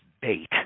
bait